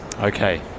Okay